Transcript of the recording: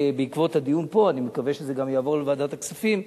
בעקבות הדיון פה אני מקווה שזה גם יעבור לוועדת הכספים.